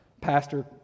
pastor